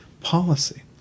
policy